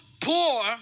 poor